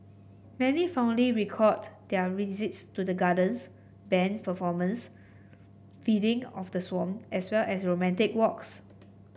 many fondly recalled their visits to the gardens band performance feeding of the swan as well as romantic walks